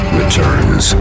returns